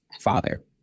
father